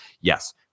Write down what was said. Yes